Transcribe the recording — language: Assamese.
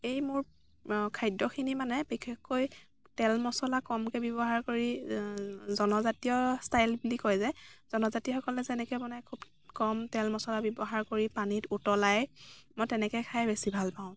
এই মোৰ খাদ্যখিনি মানে বিশেষকৈ তেল মচলা কমকে ব্যৱহাৰ কৰি জনজাতীয় ষ্টাইল বুলি কয় যে জনজাতিসকলে যেনেকৈ বনাই খুব কম তেল মচলা ব্যৱহাৰ কৰি পানীত উতলাই মই তেনেকৈ খাই বেছি ভাল পাওঁ